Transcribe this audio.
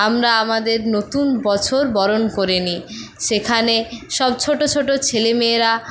আমরা আমাদের নতুন বছর বরণ করে নিই সেখানে সব ছোটো ছোটো ছেলেমেয়েরা